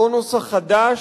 אותו נוסח חדש,